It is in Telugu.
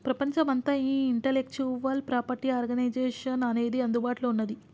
ప్రపంచమంతా ఈ ఇంటలెక్చువల్ ప్రాపర్టీ ఆర్గనైజేషన్ అనేది అందుబాటులో ఉన్నది